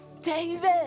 David